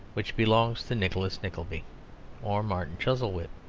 which belonged to nicholas nickleby or martin chuzzlewit.